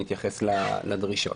להתייחס לדרישות.